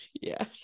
yes